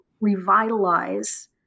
revitalize